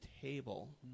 Table